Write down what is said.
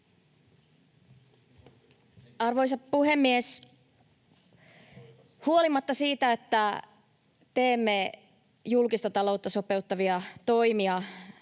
Arvoisa puhemies! Huolimatta siitä, että teemme julkista taloutta sopeuttavia toimia,